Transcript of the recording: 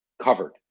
covered